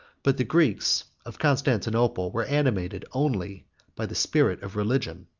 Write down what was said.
but the greeks of constantinople were animated only by the spirit of religion,